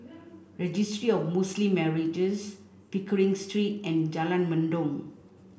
Registry of Muslim Marriages Pickering Street and Jalan Mendong